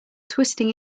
twisting